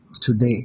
Today